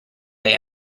day